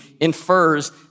infers